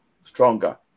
stronger